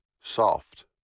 soft